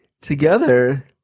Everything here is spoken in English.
together